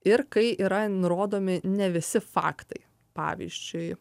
ir kai yra nurodomi ne visi faktai pavyzdžiui